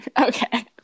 Okay